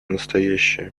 настоящее